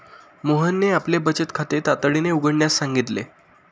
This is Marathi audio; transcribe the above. मोहनने आपले बचत खाते तातडीने उघडण्यास सांगितले